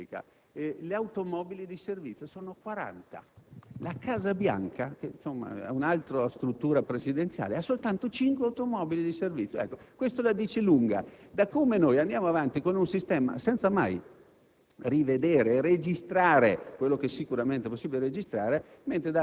sul servizio di autonoleggio. Questo non tocca più il Senato ma la Presidenza della Repubblica: le automobili di servizio sono 40. La Casa Bianca, un'altra struttura presidenziale, ha soltanto 5 automobili di servizio. Questo la dice lunga su come noi andiamo avanti con un sistema senza mai